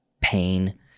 pain